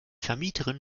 vermieterin